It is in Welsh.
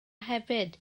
hefyd